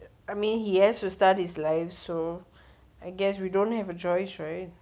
I mean he has to start his life so I guess we don't have a choice right